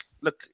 look